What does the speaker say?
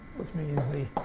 which means the